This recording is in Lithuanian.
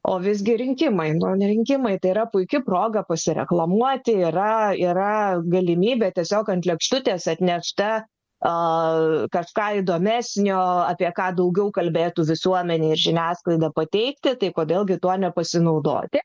o visgi rinkimai nu rinkimai tai yra puiki proga pasireklamuoti yra yra galimybė tiesiog ant lėkštutės atnešta kažką įdomesnio apie ką daugiau kalbėtų visuomenė ir žiniasklaida pateikti tai kodėl gi tuo nepasinaudoti